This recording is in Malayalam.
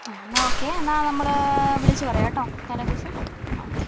ആ എന്നാൽ ഓക്കെ എന്നാൽ നമ്മൾ വിളിച്ചു പറയാം കേട്ടോ തലേദിവസം ഓക്കെ